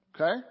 Okay